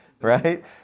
right